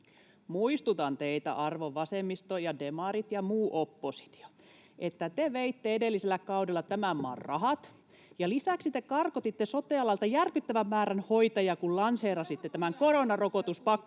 muistutan teitä, arvon vasemmisto ja demarit ja muu oppositio, että te veitte edellisellä kaudella tämän maan rahat ja lisäksi te karkotitte sote-alalta järkyttävän määrän hoitajia, kun lanseerasitte tämän koronarokotuspakkopykälän,